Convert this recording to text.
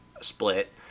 split